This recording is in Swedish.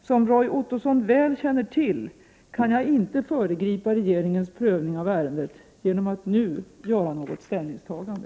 Som Roy Ottosson väl känner till kan jag inte föregripa regeringens prövning av ärendet genom att nu göra något ställningstagande.